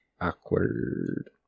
Awkward